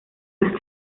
ist